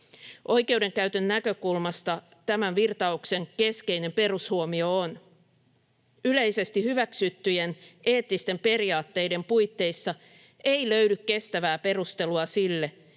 Oikeudenkäytön näkökulmasta tämän virtauksen keskeinen perushuomio on: yleisesti hyväksyttyjen eettisten periaatteiden puitteissa ei löydy kestävää perustelua sille,